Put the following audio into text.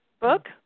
book